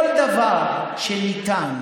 כל דבר שניתן